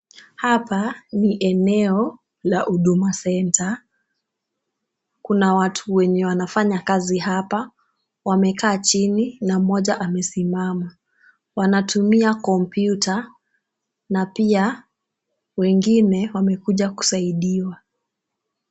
Hapa ni eneo la Huduma Centre. Kuna watu wenye wanafanya kazi hapa, wamekaa chini na mmoja ameimama. Wanatumia kompyuta na pia wengine wamekuja kusaidiwa.